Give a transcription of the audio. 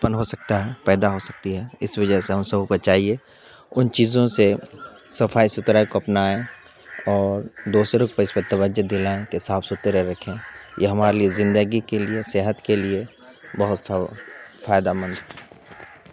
پن ہو سکتا ہے پیدا ہو سکتی ہے اس وجہ سے ہم سبھو کو چاہیے ان چیزوں سے صفائی ستھرائی کو اپنائیں اور دوسروں پہ اس پر توجہ دلائیں کہ صاف ستھرے رکھیں یہ ہمارے لیے زندگی کے لیے صحت کے لیے بہت فائدہ مند